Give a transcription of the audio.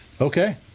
Okay